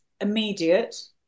immediate